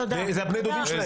זה הבני דודים שלהם.